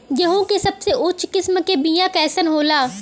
गेहूँ के सबसे उच्च किस्म के बीया कैसन होला?